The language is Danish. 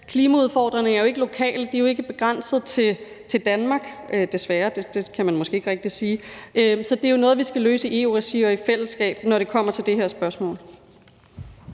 klimaudfordringerne ikke er lokale. De er ikke begrænset til Danmark, desværre – det kan man måske ikke rigtig sige. Så det er jo noget, vi skal løse i EU-regi og i fællesskab, når det kommer til det her spørgsmål.